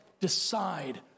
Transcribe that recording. decide